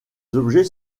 objets